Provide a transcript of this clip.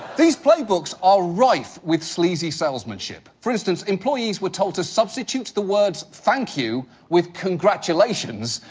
these playbooks are rife with sleazy salesmanship. for instance, employees were told to substitute the words thank you with congratulations,